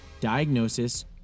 diagnosis